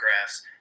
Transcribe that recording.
graphs